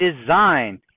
Design